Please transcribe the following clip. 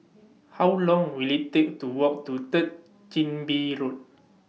How Long Will IT Take to Walk to Third Chin Bee Road